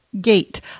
gate